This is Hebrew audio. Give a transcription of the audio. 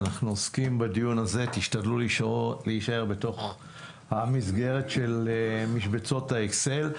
תשתדלו להישאר בתוך המסגרת של משבצות האקסל.